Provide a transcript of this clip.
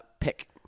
Pick